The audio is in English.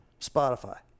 Spotify